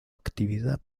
actividad